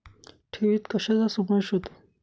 ठेवीत कशाचा समावेश होतो?